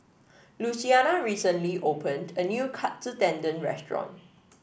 Luciana recently opened a new Katsu Tendon Restaurant